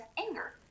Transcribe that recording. anger